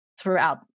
throughout